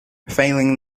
failing